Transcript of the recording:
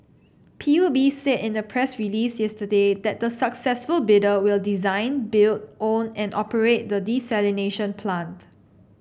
P U B said in a press release yesterday that the successful bidder will design build own and operate the desalination plant